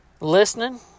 listening